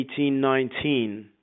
1819